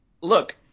look